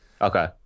okay